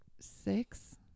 six